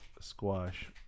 squash